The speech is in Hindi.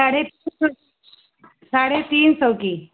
साढ़े तीन साढ़े तीन सौ की